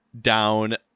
down